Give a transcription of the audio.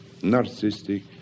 narcissistic